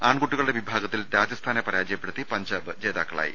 ആൺകുട്ടികളുടെ വിഭാ ഗത്തിൽ രാജസ്ഥാനെ പരാജയപ്പെടുത്തി പഞ്ചാബ് ജേതാക്കളായി